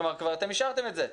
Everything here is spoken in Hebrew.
כלומר הם כבר אישרו את זה.